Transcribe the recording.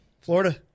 Florida